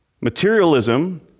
Materialism